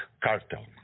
cartel